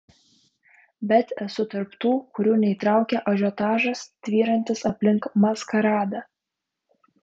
bet esu tarp tų kurių neįtraukia ažiotažas tvyrantis aplink maskaradą